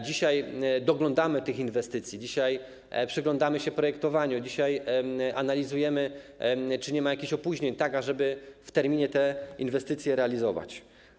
Dzisiaj doglądamy tych inwestycji, dzisiaj przyglądamy się projektowaniu, dzisiaj analizujemy, czy nie ma jakichś opóźnień, tak żeby te inwestycje realizować w terminie.